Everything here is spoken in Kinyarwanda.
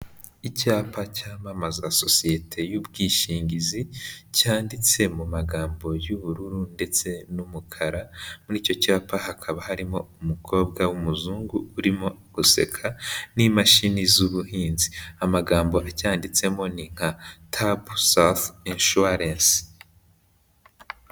Icyapa cyamamaza sosiyete y'ubwishingizi cyanditse mu magambo y'ubururu ndetse n'umukara, muri icyo cyapa hakaba harimo umukobwa w'umuzungu urimo guseka n'imashini z'ubuhinzi, amagambo acyanditsemo ni nka Tabu Safu Inshuwarensi.